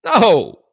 No